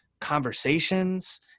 conversations